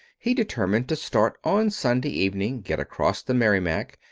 he determined to start on sunday evening, get across the merrimac,